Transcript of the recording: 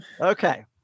Okay